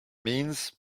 means